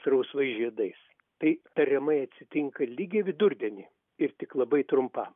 rausvais žiedais tai tariamai atsitinka lygiai vidurdienį ir tik labai trumpam